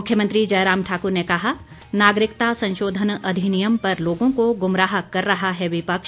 मुख्यमंत्री जयराम ठाकुर ने कहा नागरिकता संशोधन अधिनियम पर लोगों को गुमराह कर रहा है विपक्ष